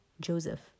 Joseph